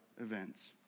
events